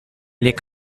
les